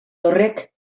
horrek